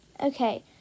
Okay